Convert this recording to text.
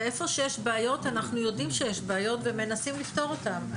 ואיפה שיש בעיות אנחנו יודעים שיש בעיות ומנסים לפתור אותן.